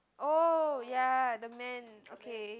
oh ya the man okay